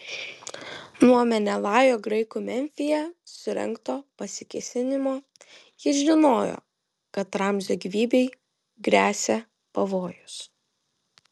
nuo menelajo graikų memfyje surengto pasikėsinimo jis žinojo kad ramzio gyvybei gresia pavojus